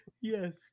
Yes